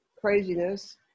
craziness